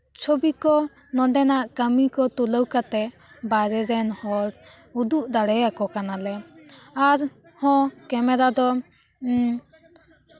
ᱪᱷᱚᱵᱤ ᱠᱚ ᱱᱚᱰᱮᱱᱟᱜ ᱠᱟᱹᱢᱤ ᱠᱚ ᱛᱩᱞᱟᱹᱣ ᱠᱟᱛᱮᱫ ᱵᱟᱭᱨᱮ ᱨᱮᱱ ᱦᱚᱲ ᱩᱫᱩᱜ ᱫᱟᱲᱮᱭᱟᱠᱚ ᱠᱟᱱᱟᱞᱮ ᱟᱨᱦᱚᱸ ᱠᱮᱢᱮᱨᱟ ᱫᱚ